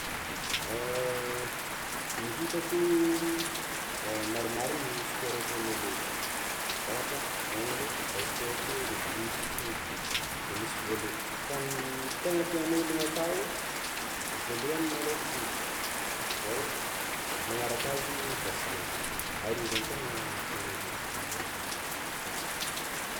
Ny hitako, maromaro ny spaoro ataon'olo eto, ôhatra: hand, baskety, rugby, foty de misy volley fa ny tiàgn'ologno atao, voalohany malôha foty, football, magnaraka azy baskety, aroa zegny tegna tiàgn'ologno atao aketo.